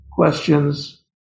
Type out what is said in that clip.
Questions